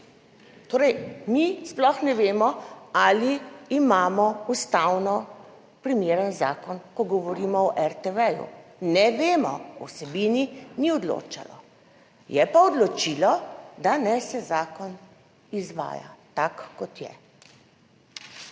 Torej, mi sploh ne vemo ali imamo ustavno primeren zakon, ko govorimo o RTV-ju. Ne vemo, o vsebini ni odločalo, je pa odločilo, da naj se zakon izvaja tak kot je.